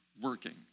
working